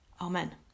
Amen